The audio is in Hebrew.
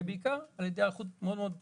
ובעיקר על ידי היערכות מאוד מאוד בסיסית,